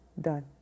Done